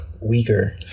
weaker